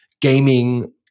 gaming